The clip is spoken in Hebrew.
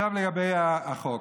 לגבי החוק,